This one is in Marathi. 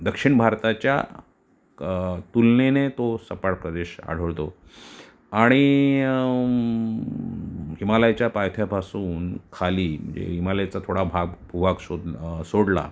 दक्षिण भारताच्या क तुलनेने तो सपाट प्रदेश आढळतो आणि हिमालयाच्या पायथ्यापासून खाली म्हणजे हिमालयाचा थोडा भाग भूभाग शोधणं सोडला